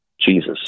Jesus